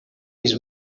his